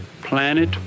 Planet